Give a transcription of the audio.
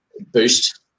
boost